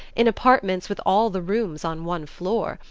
in apartments with all the rooms on one floor,